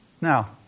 Now